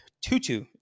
Tutu